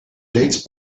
dates